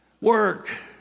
work